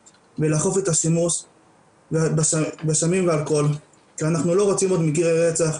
ולאכוף את השימוש בסמים ואלכוהול כי אנחנו לא רוצים עוד מקרי רצח,